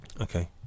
Okay